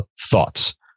thoughts